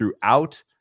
throughout